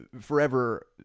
forever